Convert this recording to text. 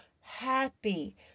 happy